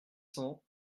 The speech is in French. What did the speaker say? cent